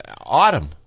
Autumn